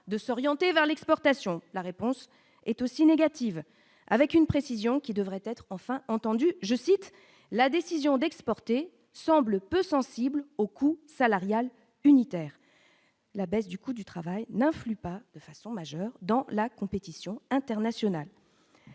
de s'orienter vers l'exportation, la réponse est aussi négative avec une précision qui devrait être enfin entendus, je cite, la décision d'exporter semblent peu sensibles au coût salarial unitaire, la baisse du coût du travail n'influe pas de façon majeure dans la compétition internationale.